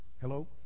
Hello